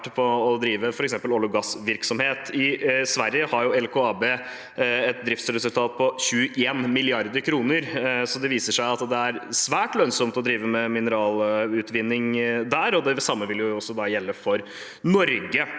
vært å drive f.eks. olje- og gassvirksomhet. I Sverige har LKAB et driftsresultat på 21 mrd. kr, så det viser seg at det er svært lønnsomt å drive med mineralutvinning der. Det samme vil også gjelde for Norge.